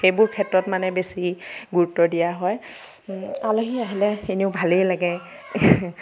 সেইবোৰ ক্ষেত্ৰত মানে বেছি গুৰুত্ব দিয়া হয় আলহী আহিলে এনেও ভালেই লাগে